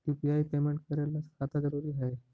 UPI payment करे ला खाता जरूरी है?